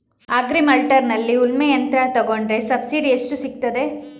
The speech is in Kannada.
ಅಗ್ರಿ ಮಾರ್ಟ್ನಲ್ಲಿ ಉಳ್ಮೆ ಯಂತ್ರ ತೆಕೊಂಡ್ರೆ ಸಬ್ಸಿಡಿ ಎಷ್ಟು ಸಿಕ್ತಾದೆ?